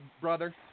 brother